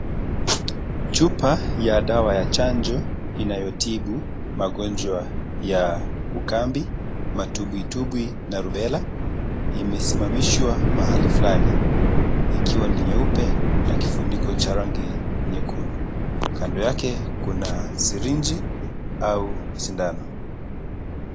Chupa ya dawa ya chanjo inayotibu magonjwa ya ukambi, matubwitubwi na Rubella. Imesimamishwa mahali fulani ikiwa ni nyeupe na kifuniko cha rangi nyekundu. Kando yake kuna sirinji au sindano.